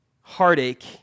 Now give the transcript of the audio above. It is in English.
heartache